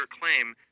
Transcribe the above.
claim